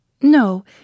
No